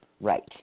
Right